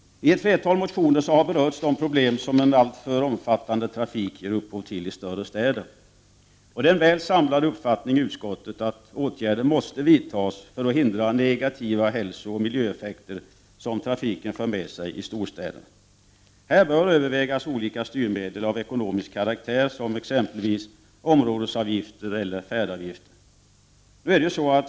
I ett flertal motioner har motionärerna berört de problem som en alltför omfattande trafik ger upphov till i större städer. Det är en väl samlad upp fattning i utskottet att åtgärder måste vidtas för att hindra negativa hälsooch miljöeffekter som trafiken för med sig i storstäderna. Här bör övervägas olika styrmedel av ekonomisk karaktär, som exempelvis områdesavgifter eller färdavgifter.